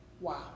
Wow